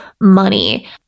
money